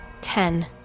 ten